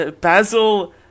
Basil